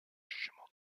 jugement